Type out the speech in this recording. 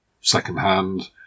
secondhand